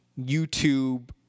YouTube –